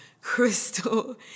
crystal